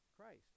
Christ